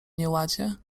nieładzie